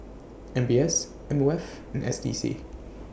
M B S M O F and S D C